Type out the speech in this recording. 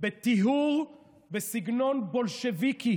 בטיהור בסגנון בולשביקי